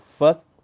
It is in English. first